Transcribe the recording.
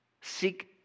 Seek